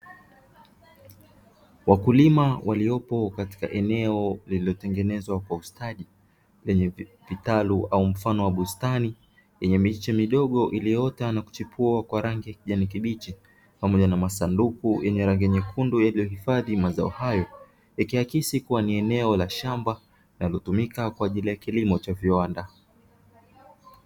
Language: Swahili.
Wakulima waliopo katika eneo lililotengenezwa kwa ustadi lenye vitalu au mfano wa bustani, yenye miche midogo iliyoota na kuchipua kwa rangi ya kijani kibichi. Pamoja na masunduku yenye rangi nyekundu yaliyohifadhi mazao hayo, ikiakisi kuwa ni eneo la shamba linalotumika kwa ajili ya kilimo cha viwanda.